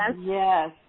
Yes